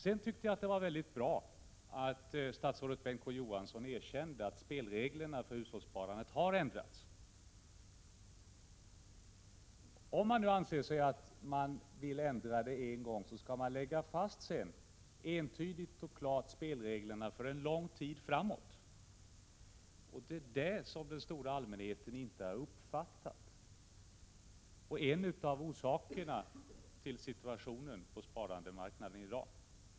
Jag tyckte det var mycket bra att statsrådet Bengt K Å Johansson erkände att spelreglerna för hushållssparandet har ändrats. Om man vill ändra spelreglerna skall man entydigt och klart lägga fast dem för lång tid framåt. Det är det som den stora allmänheten inte har uppfattat att man har gjort, och det är en av orsakerna till situationen på sparmarknaden i dag.